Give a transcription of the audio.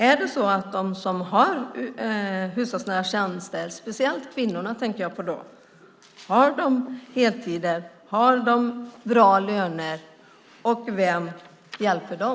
Är det så att de som har hushållsnära tjänster - jag tänker speciellt på kvinnorna - har heltider och bra löner, och vem hjälper dem?